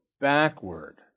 backward